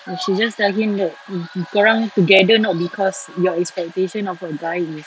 you should just tell him that kau orang together not because your expectation of a guy is